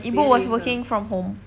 ibu was working from home